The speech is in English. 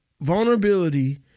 vulnerability